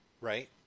right